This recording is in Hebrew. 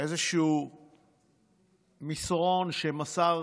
איזשהו מסרון שמסר